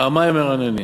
פעמיים הוא אומר "ענני",